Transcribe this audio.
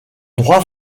droit